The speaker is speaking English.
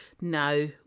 no